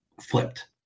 flipped